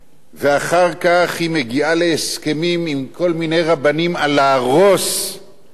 ואחר כך היא מגיעה להסכמים עם כל מיני רבנים על להרוס מבנים,